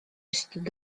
ystod